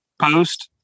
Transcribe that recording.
post